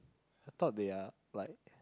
I thought they are like